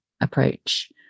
approach